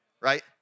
right